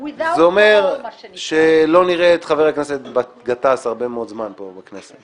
זה אומר שלא נראה את חבר הכנסת גטאס הרבה מאוד זמן פה בכנסת.